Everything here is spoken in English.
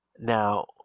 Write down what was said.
Now